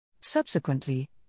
Subsequently